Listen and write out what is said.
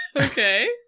Okay